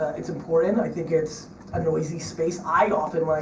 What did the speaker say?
it's important. i think it's a noisy space. i often, like